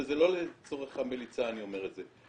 וזה לא לצורך המליצה אני אומר את זה,